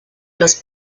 los